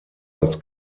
als